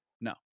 No